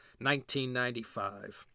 1995